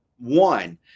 one